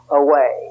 away